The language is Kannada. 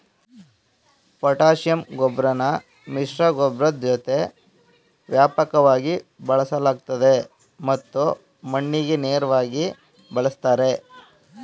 ಪೊಟ್ಯಾಷಿಯಂ ಗೊಬ್ರನ ಮಿಶ್ರಗೊಬ್ಬರದ್ ಜೊತೆ ವ್ಯಾಪಕವಾಗಿ ಬಳಸಲಾಗ್ತದೆ ಮತ್ತು ಮಣ್ಣಿಗೆ ನೇರ್ವಾಗಿ ಬಳುಸ್ತಾರೆ